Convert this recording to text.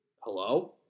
Hello